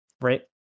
Right